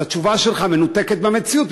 אז התשובה שלך מנותקת מהמציאות,